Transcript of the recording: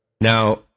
Now